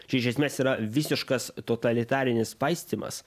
čia iš esmės yra visiškas totalitarinis paistymas